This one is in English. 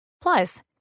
Plus